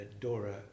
Dora